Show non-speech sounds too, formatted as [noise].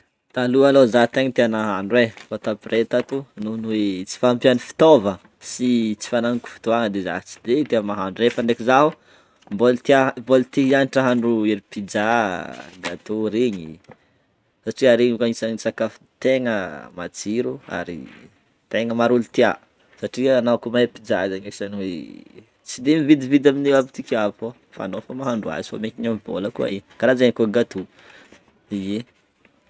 Taloha alôha zah tegnz tia nahandro e, fa t'après tato noho ny tsy fahampian'ny fitaova sy tsy fanagnako fotoagna de zah tsy de tia mahandro nefa ndreky zaho mbola tia- mbola tia hianatra ahandro ery pizza, gâteaux regny, satria regny koa anisan'ny sakafo tegna matsiro ary tegna maro ôlo tia, satria anao ko mahay pizza zegny isan'ny hoe [hesitation] tsy de mividividy amin'ny labotiky hafa ô fa anao fogna mahandro azy fa miankigna amin'ny vôla koa io, karahan'zegny koa gâteaux, ie.